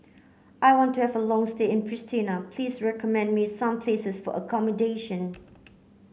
I want to have a long stay in Pristina please recommend me some places for accommodation